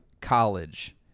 College